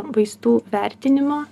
vaistų vertinimo